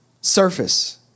surface